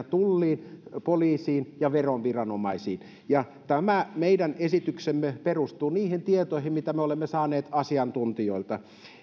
tulliin poliisiin ja veroviranomaisiin tämä meidän esityksemme perustuu niihin tietoihin mitä me olemme saaneet asiantuntijoilta